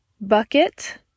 bucket